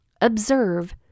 observe